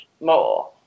more